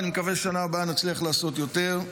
ואני מקווה שבשנה הבאה נצליח לעשות יותר.